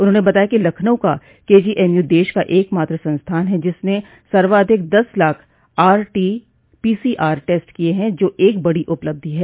उन्होंने बताया कि लखनऊ का केजीएमयू देश का एक मात्र संस्थान है जिसने सर्वाधिक दस लाख आरटीपीसीआर टेस्ट किये हैं जो एक बड़ी उपलब्धि है